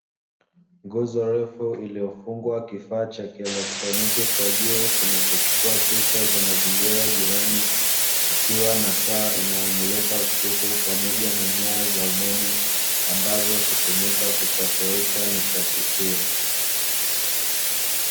Nguzo refu iliyo fungwa kifaa cha kielektroniki kwa juu kinacho chukua picha za mazingira jirani, kikiwa na taa inayo mulika usiku pamoja na nyaya za umeme ambazo hutumika kusafirisha nishati hiyo.